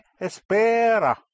espera